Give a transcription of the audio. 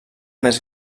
més